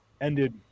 ended